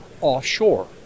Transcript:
offshore